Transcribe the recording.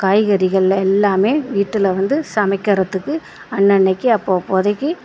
காய்கறிகள் எல்லாமே வீட்டில் வந்து சமைக்கிறதுக்கு அன்ன அன்னைக்கு அப்போ அப்போதைக்கு